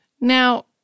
Now